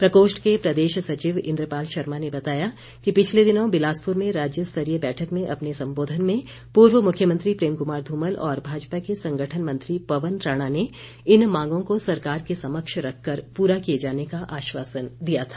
प्रकोष्ठ के प्रदेश सचिव इन्द्रपाल शर्मा ने बताया कि पिछले दिनों बिलासपुर में राज्य स्तरीय बैठक में अपने सम्बोधन में पूर्व मुख्यमंत्री प्रेम कुमार धूमल और भाजपा के संगठन मंत्री पवन राणा ने इन मांगों को सरकार के समक्ष रख कर पूरा किए जाने का आश्वासन दिया था